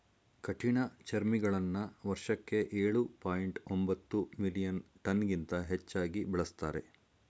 ಕಠಿಣಚರ್ಮಿಗಳನ್ನ ವರ್ಷಕ್ಕೆ ಎಳು ಪಾಯಿಂಟ್ ಒಂಬತ್ತು ಮಿಲಿಯನ್ ಟನ್ಗಿಂತ ಹೆಚ್ಚಾಗಿ ಬೆಳೆಸ್ತಾರೆ